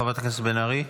חברת הכנסת בן ארי,